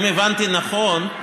אם הבנתי נכון,